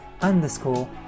underscore